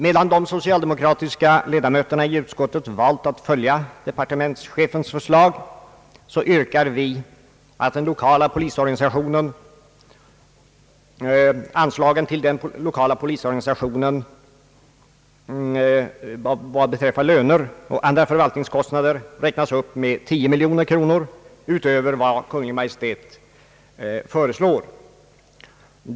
Medan de socialdemokratiska ledamöterna i utskottet valt ait följa departementschefens förslag, yrkar vi, att den lokala polisorganisationens anslag till löner och andra förvaltningskostnader räknas upp med 10 miljoner kronor utöver vad Kungl. Maj:t föreslår.